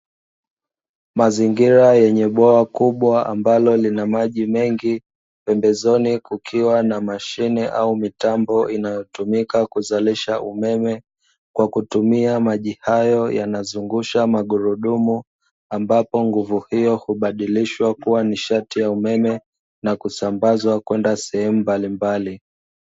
Mazingira yenye bwawa kubwa ambalo lina maji mengi pembezoni kukiwa na mashine au mitambo inayotumika kuzalisha umeme kwa kutumia maji hayo, yanazungusha magurudumu ambapo nguvu hiyo hubadilishwa kuwa nishati ya umeme na kusambazwa kwenda sehemu mbalimbali.